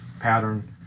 pattern